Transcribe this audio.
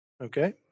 Okay